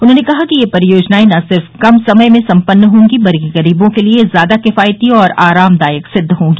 उन्होंने कहा कि ये परियोजनाएं न सिर्फ कम समय में सम्पन्न होंगी बल्कि गरीबों के लिए ज्यादा किफायती और आरामदायक सिद्द होंगी